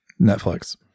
netflix